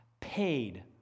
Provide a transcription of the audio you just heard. paid